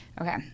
okay